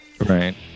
Right